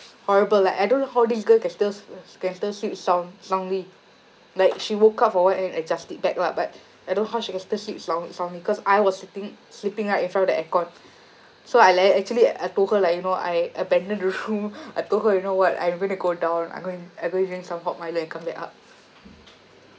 horrible like I don't know how this girl can still can still sleep sound soundly like she woke up for a while and adjust it back lah but I don't know how she can still sleep sound soundly cause I was sitting sleeping right in front of the aircon so I like that actually I told her like you know I abandoned the room I told her you know what I'm gonna go down I'm gonna I'm gonna get some hot milo and come back up